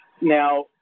Now